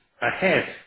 ahead